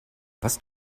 was